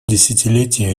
десятилетия